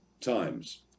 times